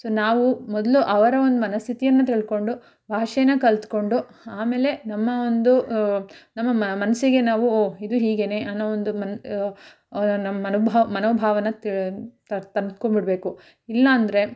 so ನಾವು ಮೊದಲು ಅವರ ಒಂದು ಮನಸ್ಥಿತಿಯನ್ನು ತಿಳ್ಕೊಂಡು ಭಾಷೆನ ಕಲಿತ್ಕೊಂಡು ಆಮೇಲೆ ನಮ್ಮ ಒಂದು ನಮ್ಮ ಮನಸಿಗೆ ನಾವು ಓಹ್ ಇದು ಹೀಗೆಯೇ ಅನ್ನೋ ಒಂದು ಮನ್ ನಮ್ಮ ಮನೋಭಾವನ ತಂದ್ಕೊಂಡ್ಬಿಡ್ಬೇಕು ಇಲ್ಲ ಅಂದ್ರೆ